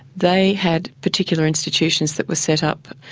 they had particular institutions that were set up.